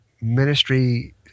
ministry